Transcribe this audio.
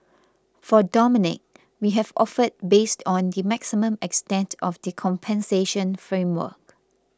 for Dominique we have offered based on the maximum extent of the compensation framework